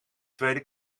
tweede